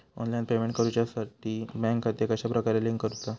Online payment करुच्याखाती bank खाते कश्या प्रकारे लिंक करुचा?